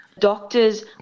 doctors